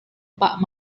pak